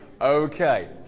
okay